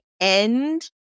end